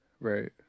right